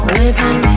living